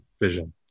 vision